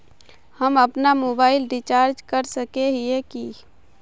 हम अपना mobile recharge कर सकय हिये की?